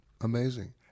amazing